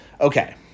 Okay